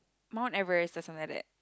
Mount-Everest or something like that